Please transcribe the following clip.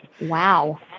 Wow